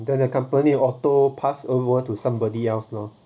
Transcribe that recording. then the company auto pass over to somebody else lor